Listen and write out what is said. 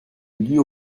lieu